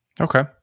Okay